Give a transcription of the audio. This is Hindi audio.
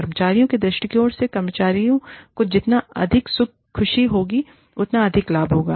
कर्मचारी के दृष्टिकोण से कर्मचारी को जितना अधिक खुशी होगी उतना अधिक लाभ होगा